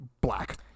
black